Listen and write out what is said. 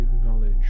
acknowledge